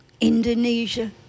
Indonesia